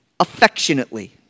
affectionately